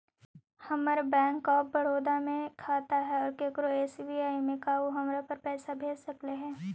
हमर bank of Baroda में खाता है और केकरो एस.बी.आई में है का उ हमरा पर पैसा भेज सकले हे?